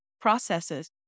processes